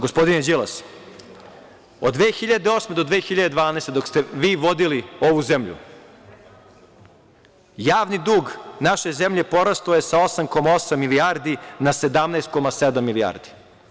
Gospodine Đilas, od 2008. do 2012. godine, dok ste vi vodili ovu zemlju, javni dug naše zemlje je porastao sa 8,8 milijardi na 17,7 milijardi.